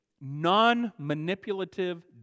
non-manipulative